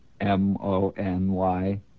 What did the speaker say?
M-O-N-Y